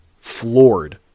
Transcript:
floored